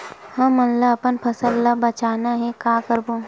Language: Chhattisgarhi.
हमन ला अपन फसल ला बचाना हे का करबो?